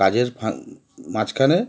কাজের ফ মাঝখানে